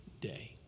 day